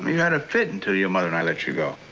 you had a fit until your mother and i let you go.